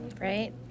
right